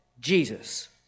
Jesus